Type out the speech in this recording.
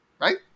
Right